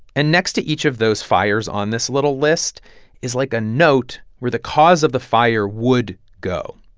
and next to each of those fires on this little list is like a note where the cause of the fire would go.